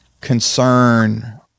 concern